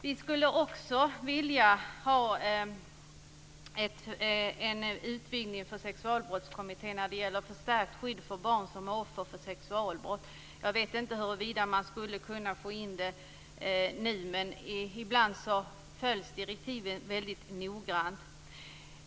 Vi skulle också vilja ha en utvidgning för Sexualbrottskommittén när det gäller förstärkt skydd för barn som är offer för sexualbrott. Jag vet inte huruvida man skulle kunna få in det nu, men ibland följs direktiven väldigt noggrant.